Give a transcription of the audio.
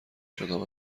شدم